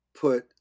put